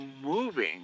moving